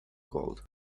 gold